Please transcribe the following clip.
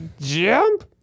Jump